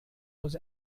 was